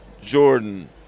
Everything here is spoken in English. jordan